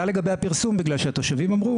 וכשאתה רוצה לקדם פרויקט אתה לא מצרף רשימה כזו,